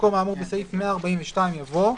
שבמקום האמור בסעיף 142 יבוא: